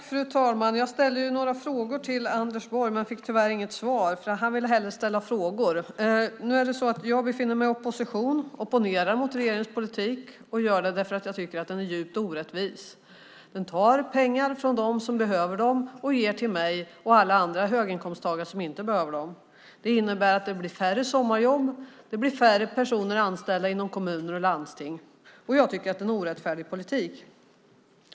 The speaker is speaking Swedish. Fru talman! Jag ställde några frågor till Anders Borg men fick tyvärr inget svar, för han ville hellre ställa frågor. Nu är det så att jag befinner mig i opposition och opponerar mot regeringens politik. Jag gör det därför att jag tycker att den är djupt orättvis. Den tar pengar från dem som behöver dem och ger till mig och alla andra höginkomsttagare som inte behöver dem. Det innebär att det blir färre sommarjobb och färre personer anställda inom kommuner och landsting. Jag tycker att det är en orättfärdig politik.